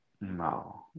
No